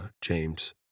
James